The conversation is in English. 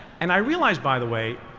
and i realized, by the way,